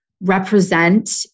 represent